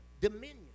dominion